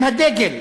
עם הדגל,